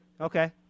Okay